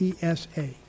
ESA